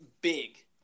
big